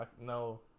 No